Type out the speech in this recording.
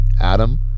Adam